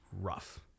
rough